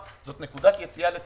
זאת נקודת יציאה מדהימה לטיולים.